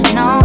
no